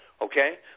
okay